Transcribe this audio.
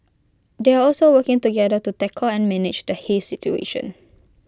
they are also working together to tackle and manage the haze situation